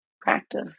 practice